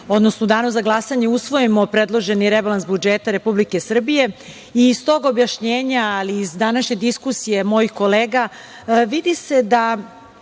odnosno u danu za glasanje usvojimo predloženi rebalans budžeta Republike Srbije i iz tog objašnjenja, ali i iz današnje diskusije mojih kolega vidi se da